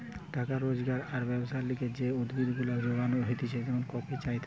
টাকা রোজগার আর ব্যবসার লিগে যে উদ্ভিদ গুলা যোগান হতিছে যেমন কফি, চা ইত্যাদি